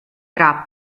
tra